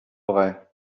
vrai